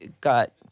got